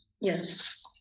Yes